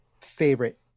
favorite